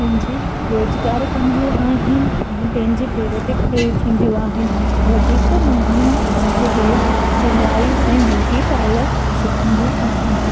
पंहिंजी रोज़गार कंदियूं आहिनि अने पंहिंजे पेर ते खणी थींदियूं आहिनि वधीक माइयूं हिते सिलाई ऐं ब्यूटी पालर सिखंदियूं आहिनि